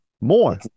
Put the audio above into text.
More